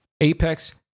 Apex